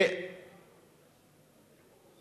למה לא?